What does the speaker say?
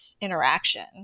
interaction